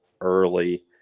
early